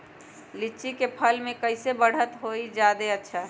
लिचि क फल म कईसे बढ़त होई जादे अच्छा?